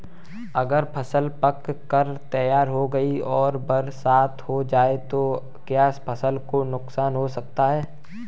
अगर फसल पक कर तैयार हो गई है और बरसात हो जाए तो क्या फसल को नुकसान हो सकता है?